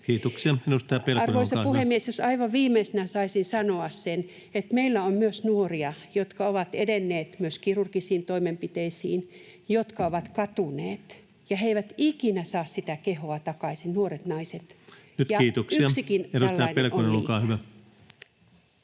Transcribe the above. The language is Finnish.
hoitoja. Arvoisa puhemies! Jos aivan viimeisenä saisin sanoa sen, että meillä on myös nuoria, jotka ovat edenneet myös kirurgisiin toimenpiteisiin ja jotka ovat katuneet, ja he eivät ikinä saa sitä kehoa takaisin, nuoret naiset. [Puhemies: Nyt